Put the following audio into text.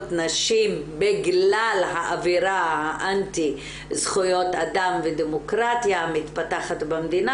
נשים בגלל האווירה האנטי זכויות אדם ודמוקרטיה המתפתחת במדינה